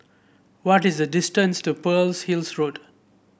what is the distance to Pearl's Hill Road